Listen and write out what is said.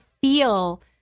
feel